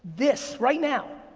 this right now,